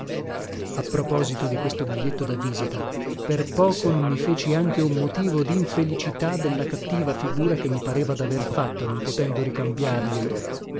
a proposito di questo biglietto da visita per poco non mi feci anche un motivo dinfelicità della cattiva figura che mi pareva daver fatta non potendo ricambiarglielo